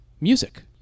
Music